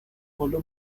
پلو